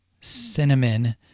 cinnamon